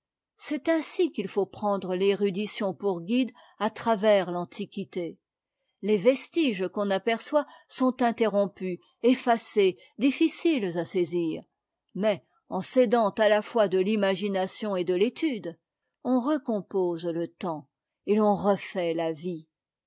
c'est ainsi qu'il faut prendre l'érudition pour guide à travcrstantiquité les vestiges qu'on aperçoit sont interrompus effacés difficiles à saisir mais en s'aidant à la fois de l'imagination et de l'étude on recompose le temps et l'on refait la vie